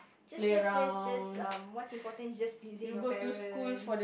just just just just um what's important is just pleasing your parents